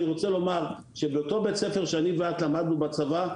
אני רוצה לומר לך שבאותו בית ספר שאני ואת למדנו בצבא,